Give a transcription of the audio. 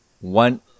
one